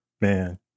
man